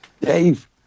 Dave